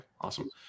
awesome